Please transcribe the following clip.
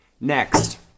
Next